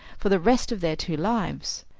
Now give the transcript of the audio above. for the rest of their two lives.